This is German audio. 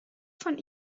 von